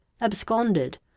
absconded